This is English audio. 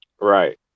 Right